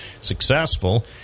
successful